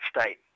state